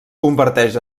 converteix